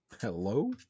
Hello